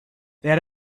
that